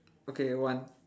okay one